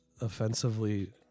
offensively